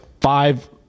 five